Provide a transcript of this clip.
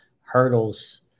hurdles